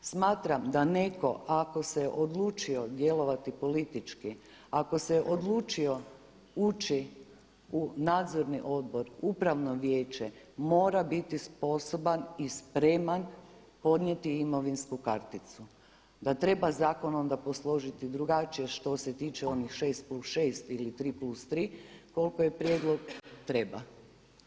Smatram da netko ako se odlučio djelovati politički, ako se odlučio ući u nadzorni odbor, upravno vijeće, mora biti sposoban i spreman podnijeti imovinsku karticu, da treba zakon onda posložiti drugačije što se tiče onih 6+6 ili 3+3, koliko je prijedlog, treba.